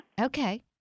Okay